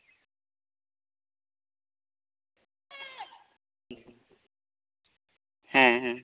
ᱦᱮᱸ ᱦᱮᱸ